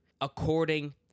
according